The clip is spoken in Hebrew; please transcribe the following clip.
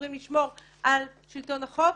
שאמורים לשמור על שלטון החוק.